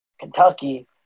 Kentucky